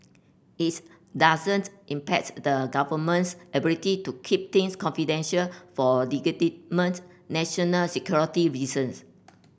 its doesn't impedes the Government's ability to keep things confidential for national security reasons